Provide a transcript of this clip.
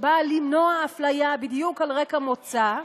שבאה למנוע אפליה בדיוק על רקע מוצא,